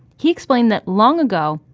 he explained that long ago,